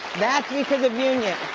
that's because of union.